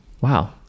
wow